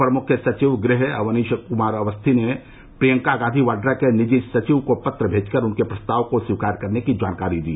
अपर मुख्य सचिव गृह अवनीश कुमार अवस्थी ने प्रियंका गांधी वाड्रा के निजी सचिव को पत्र भेजकर उनके प्रस्ताव को स्वीकार करने की जानकारी दी